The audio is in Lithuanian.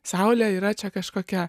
saulė yra čia kažkokia